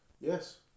Yes